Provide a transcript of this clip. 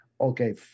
okay